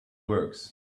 works